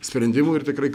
sprendimų ir tikrai